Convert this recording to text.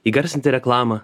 įgarsinti reklamą